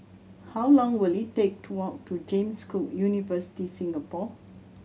how long will it take to walk to James Cook University Singapore